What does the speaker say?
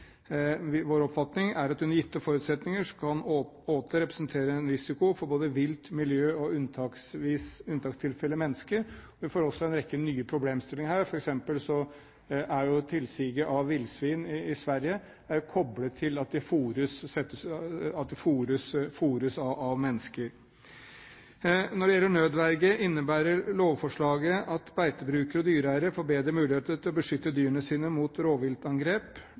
Vi får også en rekke nye problemstillinger her, f.eks. er tilsiget av villsvin i Sverige koblet til at de fôres av mennesker. Når det gjelder nødverge, innebærer lovforslaget at beitebrukere og dyreeiere får bedre muligheter til å beskytte dyrene sine mot rovviltangrep.